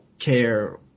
care